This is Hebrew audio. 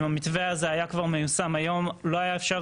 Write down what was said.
אם המתווה הזה כבר היה מיושם היום לא היה אפשר